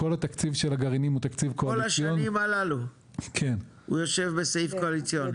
כל השנים הללו הוא יושב בסעיף קואליציוני?